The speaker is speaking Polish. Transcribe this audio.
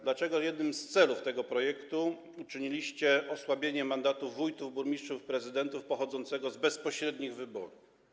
Dlaczego jednym z celów tego projektu uczyniliście osłabienie mandatów wójtów, burmistrzów i prezydentów pochodzących z bezpośrednich wyborów?